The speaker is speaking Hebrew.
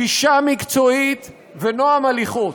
גישה מקצועית ונועם הליכות.